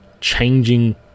changing